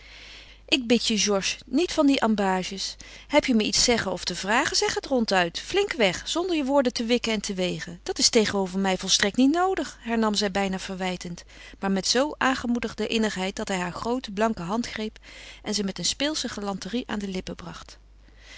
ik bid je georges niet van die ambages heb je me iets zeggen of te vragen zeg het ronduit flinkweg zonder je woorden te wikken en te wegen dat is tegenover mij volstrekt niet noodig hernam zij bijna verwijtend maar met zoo aangemoedigde innigheid dat hij haar groote blanke hand greep en ze met zijn speelsche galanterie aan de lippen bracht